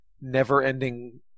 never-ending